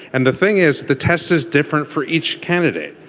and the thing is the test is different for each candidate.